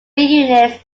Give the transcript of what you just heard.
units